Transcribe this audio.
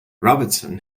robertson